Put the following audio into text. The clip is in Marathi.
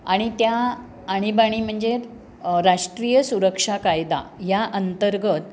आणि त्या आणीबाणी म्हणजे राष्ट्रीय सुरक्षा कायदा या अंतर्गत